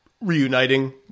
reuniting